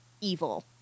evil